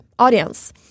Audience